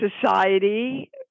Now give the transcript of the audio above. society